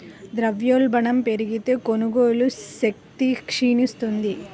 ద్రవ్యోల్బణం పెరిగితే, కొనుగోలు శక్తి క్షీణిస్తుంది